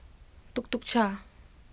Tuk Tuk Cha